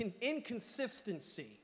inconsistency